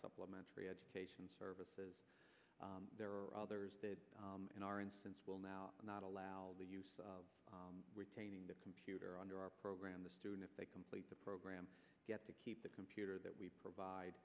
supplementary education services there are others in our instance will now not allow the use retaining the computer under our program the students they complete the program get to keep the computer that we provide